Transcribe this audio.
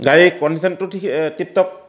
গাড়ী কণ্ডিশ্যনটো ঠিকেই টিপটপ